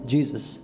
Jesus